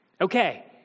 Okay